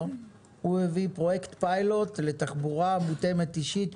אלא הוא הביא פרויקט פיילוט לתחבורה מותאמת אישית,